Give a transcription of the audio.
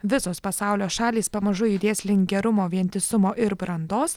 visos pasaulio šalys pamažu judės link gerumo vientisumo ir brandos